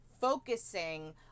focusing